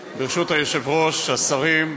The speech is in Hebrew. היושב-ראש, השרים,